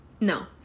No